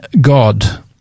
God